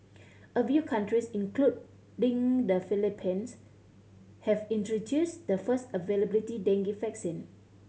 a few countries including the Philippines have introduced the first availability dengue vaccine